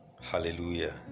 Hallelujah